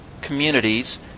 communities